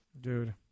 Dude